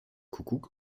kuckuck